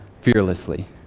fearlessly